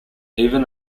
even